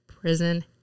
prison